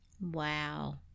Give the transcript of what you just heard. Wow